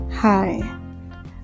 Hi